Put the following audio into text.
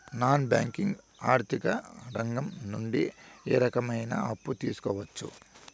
Non banking ఆర్థిక రంగం నుండి ఏ రకమైన అప్పు తీసుకోవచ్చు?